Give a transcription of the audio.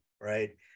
right